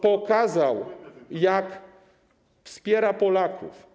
pokazał, jak wspiera Polaków.